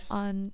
on